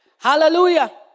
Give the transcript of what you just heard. Hallelujah